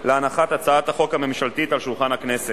להנחת הצעת החוק הממשלתית על שולחן הכנסת.